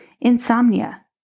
insomnia